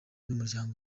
n’umuryango